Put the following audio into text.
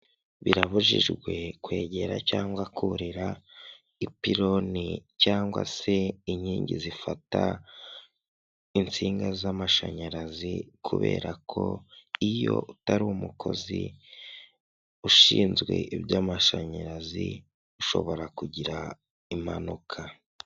Birabujijwe kwegera cyangwa kurira ipironi cyangwa se inkingi zifata insinga z'amashanyarazi, kubera ko iyo utari umukozi ushinzwe iby'amashanyarazi ushobora kugira impanuka.